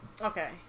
Okay